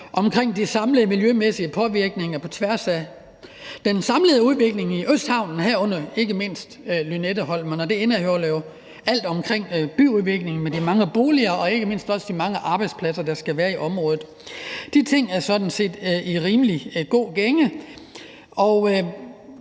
omkring de samlede miljømæssige påvirkninger på tværs af den samlede udvikling i Østhavnen, herunder ikke mindst Lynetteholmen, og det indeholder alt omkring byudvikling med de mange boliger og ikke mindst også de mange arbejdspladser, der skal være i området. De ting er sådan set i rimelig god gænge,